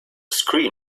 screen